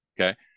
Okay